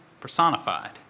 personified